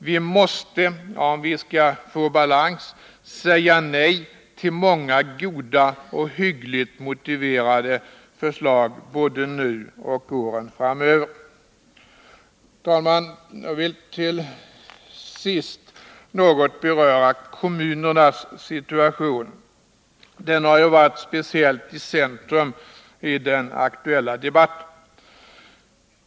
Vi måste, om vi skall få balans, säga nej till många goda och hyggligt motiverade förslag, både nu och åren framöver. Herr talman! Jag vill till sist något beröra kommunernas situation. Denna har på ett speciellt sätt stått i centrum i den aktuella debatten.